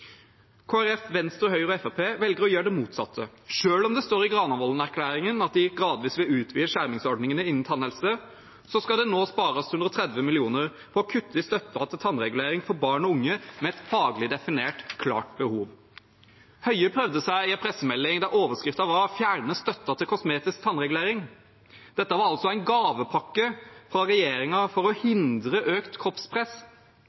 Folkeparti, Venstre, Høyre og Fremskrittspartiet velger å gjøre det motsatte. Selv om det står i Granavolden-erklæringen at de gradvis vil utvide skjermingsordningene innen tannhelse, skal det nå spares 130 mill. kr på å kutte i støtten til tannregulering for barn og unge med et faglig definert klart behov. Helseminister Høie prøvde seg i en pressemelding der overskriften var at en fjerner støtten til kosmetisk tannregulering. Dette var en gavepakke fra regjeringen for å